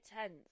tense